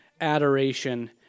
adoration